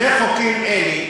שני חוקים אלה,